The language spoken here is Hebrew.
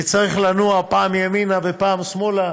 וצריך לנוע פעם ימינה ופעם שמאלה,